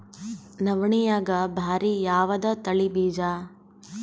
ನವಣಿಯಾಗ ಭಾರಿ ಯಾವದ ತಳಿ ಬೀಜ?